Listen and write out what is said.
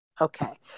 Okay